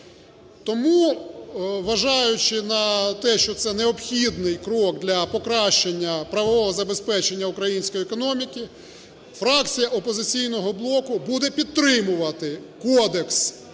Тому, зважаючи на те, що це необхідний крок для покращення правового забезпечення української економіки, фракція "Опозиційного блоку" буде підтримувати Кодекс